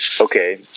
okay